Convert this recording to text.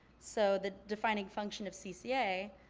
so the defining function of cca,